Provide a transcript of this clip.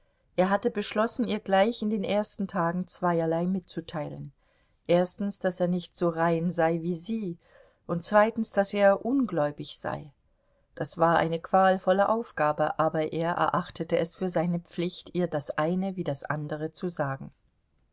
er hatte beschlossen ihr gleich in den ersten tagen zweierlei mitzuteilen erstens daß er nicht so rein sei wie sie und zweitens daß er ungläubig sei das war eine qualvolle aufgabe aber er erachtete es für seine pflicht ihr das eine wie das andere zu sagen